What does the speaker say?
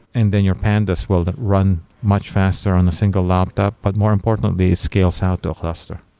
and then your pandas will run much faster on a single laptop. but more importantly, scales out the cluster.